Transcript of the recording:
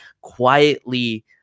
quietly